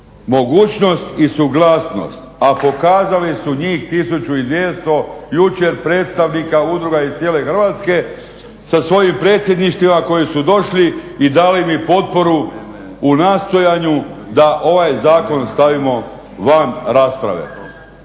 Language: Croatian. mogućnost i suglasnost, a pokazali su njih 1 200 jučer predstavnika udruga iz cijele Hrvatske sa svojim predsjedništvima koji su došli i dali mi potporu u nastojanju da ovaj zakon stavimo van rasprave.